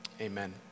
Amen